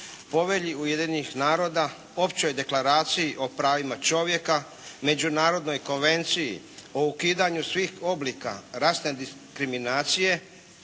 Povelji Ujedinjenih naroda, Općoj deklaraciji o pravima čovjeka, Međunarodnoj konvenciji o ukidanju svih oblika rasne diskriminacije,